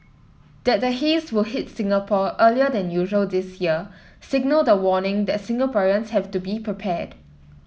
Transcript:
that the haze will hit Singapore earlier than usual this year signalled a warning that Singaporean have to be prepared